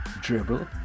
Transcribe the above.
Dribble